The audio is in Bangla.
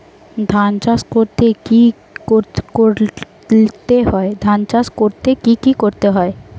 ধান চাষ করতে কি কি করতে হয়?